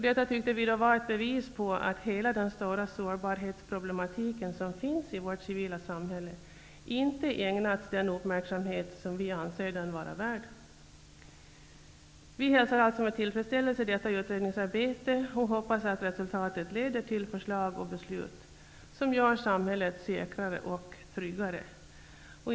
Vi tyckte att detta var ett bevis på att hela den stora sårbarhetsproblematik som finns i vårt civila samhälle inte ägnats den uppmärksamhet som vi anser den vara värd. Vi hälsar alltså med tillfredsställelse detta utredningsarbete och hoppas att resultatet leder till förslag och beslut som gör samhället säkrare och tryggare.